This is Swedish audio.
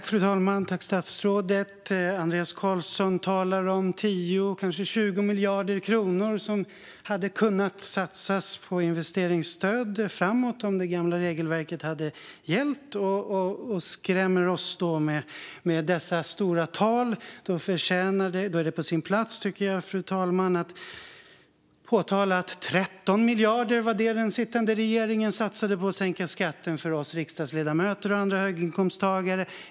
Fru talman! Statsrådet Andreas Carlson talar om 10, kanske 20, miljarder kronor som hade kunnat satsas på investeringsstöd framåt om det gamla regelverket hade gällt. Han skrämmer oss alltså med dessa stora tal. Därför tycker jag att det är på sin plats, fru talman, att påpeka att 13 miljarder var vad den sittande regeringen satsade på att sänka skatten för oss riksdagsledamöter och andra höginkomsttagare.